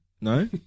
No